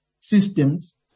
systems